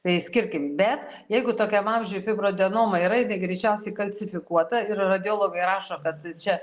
tai skirkim bet jeigu tokiam amžiuj fibroadenoma yra jinai greičiausiai kalcifikuota ir radiologai rašo kad čia